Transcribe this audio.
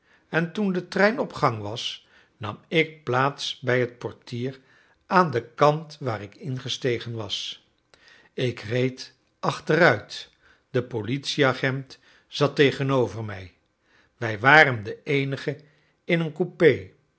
en toen de trein op gang was nam ik plaats bij het portier aan den kant waar ik ingestegen was ik reed achteruit de politieagent zat tegenover mij wij waren de eenigen in een coupé